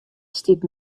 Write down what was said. stiet